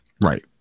Right